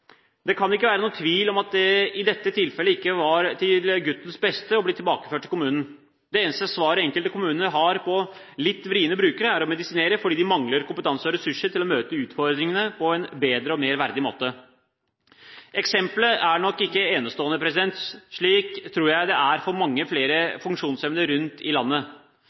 Det kan ikke være noen tvil om at det i dette tilfellet ikke var til guttens beste å bli tilbakeført til kommunen. Det eneste svaret enkelte kommuner har på «litt vriene» brukere er å medisinere, fordi de mangler kompetanse og ressurser til å møte utfordringene på en bedre og mer verdig måte. Eksemplet er nok ikke enestående. Slik tror jeg det er for mange flere funksjonshemmede rundt i landet.